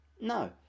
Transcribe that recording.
No